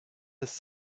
his